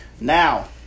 Now